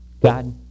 God